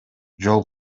жол